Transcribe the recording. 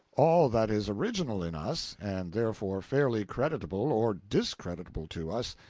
all that is original in us, and therefore fairly creditable or discreditable to us,